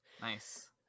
nice